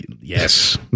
Yes